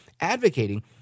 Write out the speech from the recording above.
advocating